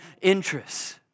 interests